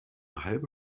halbe